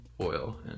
oil